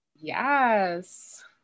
Yes